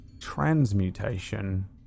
transmutation